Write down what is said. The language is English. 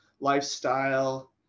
lifestyle